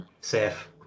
safe